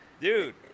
dude